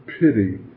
pity